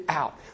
out